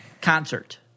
concert